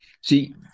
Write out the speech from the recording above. See